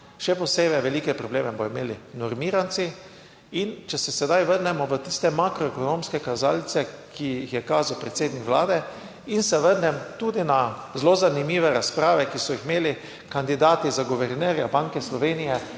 Še posebej velike probleme bodo imeli normiranci. In če se sedaj vrnemo na tiste makroekonomske kazalce, ki jih je kazal predsednik Vlade, in se vrnem tudi na zelo zanimive razprave, ki so jih imeli kandidati za guvernerja Banke Slovenije